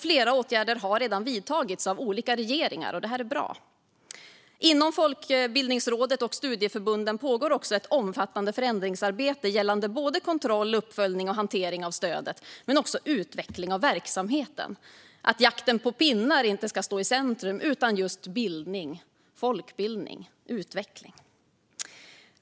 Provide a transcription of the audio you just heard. Flera åtgärder har redan vidtagits av olika regeringar, och det är bra. Inom Folkbildningsrådet och studieförbunden pågår dessutom ett omfattande förändringsarbete gällande kontroll, uppföljning och hantering av stödet men också utveckling av verksamheten. Jakten på pinnar ska inte stå i centrum, utan det ska bildning, folkbildning och utveckling göra.